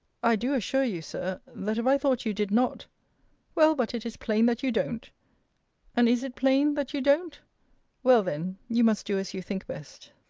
i do assure you, sir, that if i thought you did not well, but it is plain that you don't and is it plain that you don't well, then, you must do as you think best.